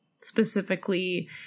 specifically